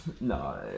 No